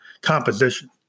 composition